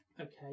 Okay